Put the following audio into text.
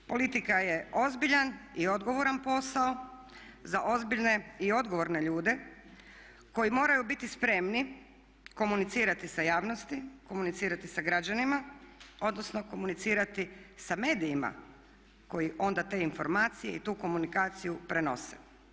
Politika je ozbiljan i odgovoran posao za ozbiljne i odgovorne ljude koji moraju biti spremni komunicirati sa javnosti, komunicirati sa građanima, odnosno komunicirati sa medijima koji onda te informacije i tu komunikaciju prenose.